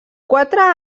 quatre